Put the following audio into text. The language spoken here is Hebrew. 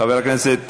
חבר הכנסת